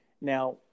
Now